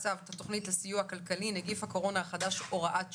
לסיוע כלכלי נגיף הקורונה החדש הוראת שעה,